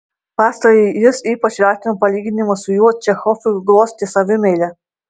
pastarąjį jis ypač vertino palyginimas su juo čechovui glostė savimeilę